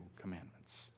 commandments